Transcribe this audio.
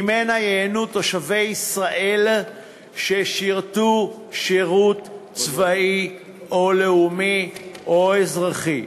שממנה ייהנו תושבי ישראל ששירתו שירות צבאי או לאומי או אזרחי,